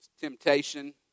temptation